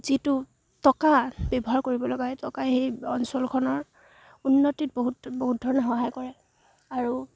যিটো টকা ব্যৱহাৰ কৰিব লগা হয় টকা সেই অঞ্চলখনৰ উন্নতিত বহুত বহুত ধৰণে সহায় কৰে আৰু